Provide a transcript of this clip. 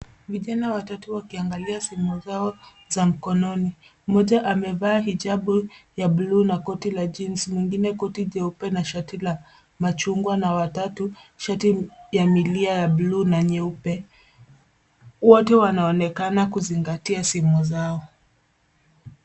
Vijana watatu wakiangalia simu zao za mkononi. Mmoja amevaa hijabu ya bluu na koti la (cs)jeans(cs), mwingine koti jeupe na shati la machungwa, na watatu shati ya milia ya bluu na nyeupe. Wote wanaonekana kuzingatia simu zao.